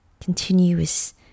continuous